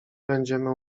będziemy